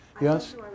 Yes